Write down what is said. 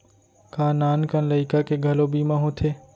का नान कन लइका के घलो बीमा होथे?